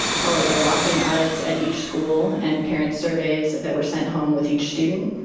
followed by walking audits at each school and parent surveys that were sent home with each student.